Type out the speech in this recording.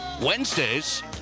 Wednesdays